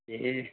এই